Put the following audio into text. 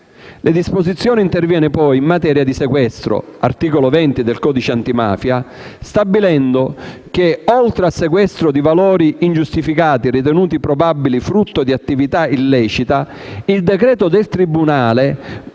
La disposizione interviene poi in materia di sequestro (articolo 20 del codice antimafia) stabilendo che, oltre al sequestro di valori ingiustificati ritenuti probabile frutto di attività illecita, il decreto del tribunale